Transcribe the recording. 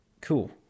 cool